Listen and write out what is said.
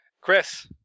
Chris